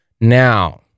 Now